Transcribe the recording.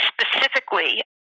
specifically